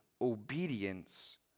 obedience